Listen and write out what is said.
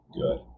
good